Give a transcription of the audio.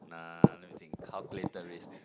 nah let me think calculated risk